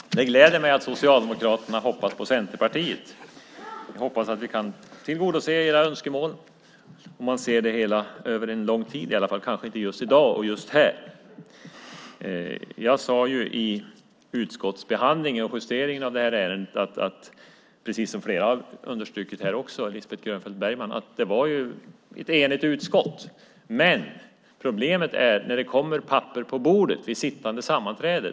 Herr talman! Det gläder mig att Socialdemokraterna hoppas på Centerpartiet. Jag hoppas att vi kan tillgodose era önskemål - om man ser det hela över en lång tid i alla fall, kanske inte just i dag och just här. Jag sade i utskottsbehandlingen och vid justeringen av det här ärendet, precis som flera har understrukit här också, bland andra Lisbeth Grönfeldt Bergman, att det ju var ett enigt utskott. Problemet är när det kommer papper på bordet vid sittande sammanträde.